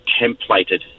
templated